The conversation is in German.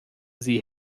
sie